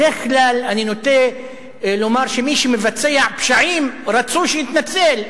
בדרך כלל אני נוטה לומר שמי שמבצע פשעים רצוי שיתנצל.